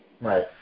Right